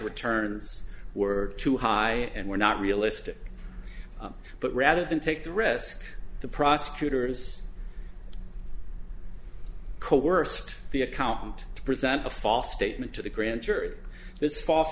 returns were too high and were not realistic but rather than take the risk the prosecutors coerced the accountant to present a false statement to the grand jury this false